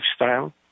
lifestyle